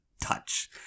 touch